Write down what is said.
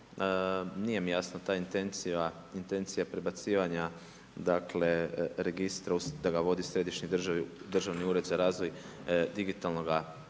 Nije mi jasna ta intencija prebacivanja registra da ga vodi središnji državni ured za razvoj digitalnoga društva.